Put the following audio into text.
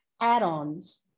add-ons